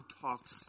talks